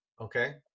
okay